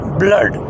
blood